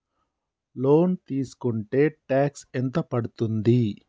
Loan తీస్కుంటే tax ఎంత పడ్తుంది?